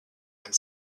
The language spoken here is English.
and